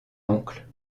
oncle